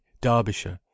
Derbyshire